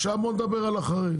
עכשיו בוא נדבר על אחרי.